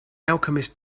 alchemist